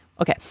okay